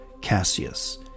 Cassius